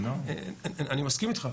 אני מסכים איתך,